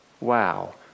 wow